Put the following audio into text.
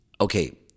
Okay